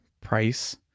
price